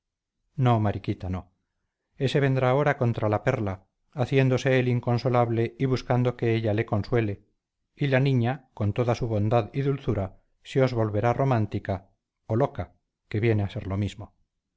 no mariquita no ese vendrá ahora contra la perla haciéndose el inconsolable y buscando que ella le consuele y la niña con toda su bondad y dulzura se os volverá romántica o loca que viene a ser lo mismo